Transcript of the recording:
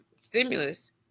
stimulus